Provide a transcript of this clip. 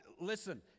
listen